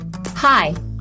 Hi